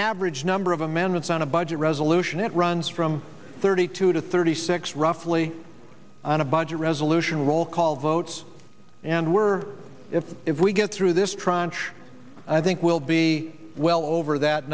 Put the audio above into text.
average number of amendments on a budget resolution it runs from thirty two to thirty six roughly on a budget resolution roll call votes and we're if if we get through this traunch i think we'll be well over that